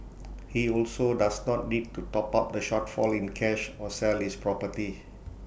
he also does not need to top up the shortfall in cash or sell his property